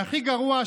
והכי גרוע,